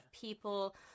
people